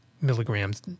milligrams